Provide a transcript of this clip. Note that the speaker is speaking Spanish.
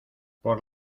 por